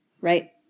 right